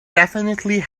definitely